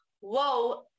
whoa